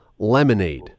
lemonade